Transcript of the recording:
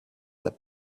that